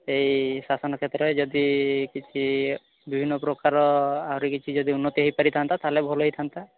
ଏଇ ଶାସନ କ୍ଷେତ୍ରରେ ଯଦି କିଛି ବିଭିନ୍ନ ପ୍ରକାର ଆହୁରି କିଛି ଯଦି ଉନ୍ନତି ହୋଇପାରିଥାନ୍ତା ତାହାଲେ ଭଲ ହୋଇଥାନ୍ତା